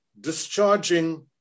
discharging